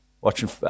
Watching